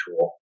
tool